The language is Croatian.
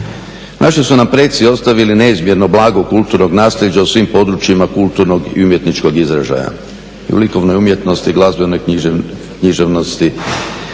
Naši su nam preci ostavili neizmjerno blago kulturnog naslijeđa u svim područjima kulturnog i umjetničkog izražaja i u likovnoj umjetnosti, glazbenoj književnosti,